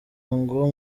ngo